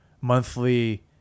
monthly